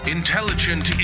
Intelligent